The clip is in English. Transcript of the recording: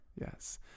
Yes